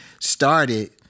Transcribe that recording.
started